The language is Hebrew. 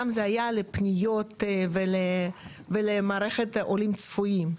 שם זה היה לפניות ולמערכת עולים צפויים.